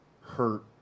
Hurt